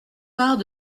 part